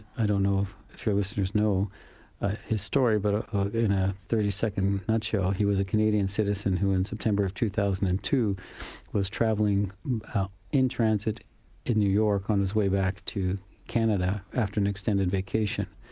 i don't know if your listeners know his story, but ah in a thirty second nutshell, he was a canadian citizen who in september of two thousand and two was travelling in transit in new york on his way back to canada after an extended vacation.